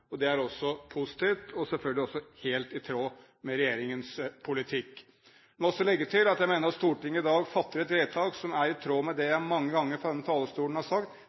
Det er også positivt, og selvfølgelig helt i tråd med regjeringens politikk. Jeg må også legge til at jeg mener at Stortinget i dag fatter et vedtak som er i tråd med det jeg mange ganger har sagt fra denne talerstolen,